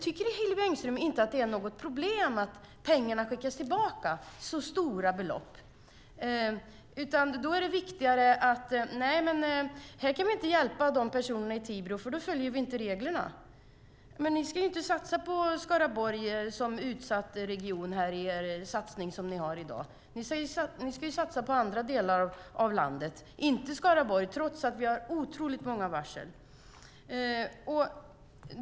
Tycker inte Hillevi Engström att det är något problem att pengarna, stora belopp, skickas tillbaka? Det är alltså viktigare att säga att man inte kan hjälpa personerna i Tibro, för då följer man inte reglerna. Regeringen ska ju inte satsa på Skaraborg som utsatt region i den satsning som finns i dag. Regeringen ska satsa på andra delar av landet, inte på Skaraborg, trots att vi har oerhört många varsel.